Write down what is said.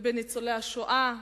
ובניצולי השואה,